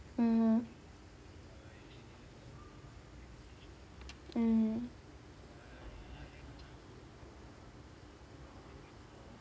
mmhmm mmhmm